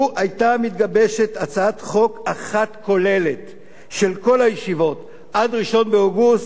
לו היתה מתגבשת הצעת חוק אחת כוללת לגבי כל הישיבות עד 1 באוגוסט,